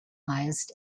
highest